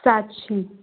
साक्षी